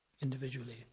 individually